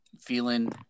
Feeling